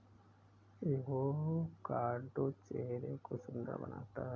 avocado चेहरे को सुंदर बनाता है